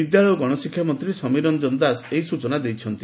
ବିଦ୍ୟାଳୟ ଓ ଗଣଶିକ୍ଷା ମନ୍ତୀ ସମୀର ରଞ୍ଞନ ଦାସ ଏହି ସ୍ଚନା ଦେଇଛନ୍ତି